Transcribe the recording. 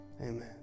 Amen